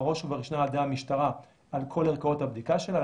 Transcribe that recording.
בראש ובראשונה על ידי המשטרה על כל ערכאות הבדיקה שלה,